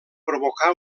provocà